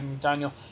Daniel